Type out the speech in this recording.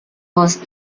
was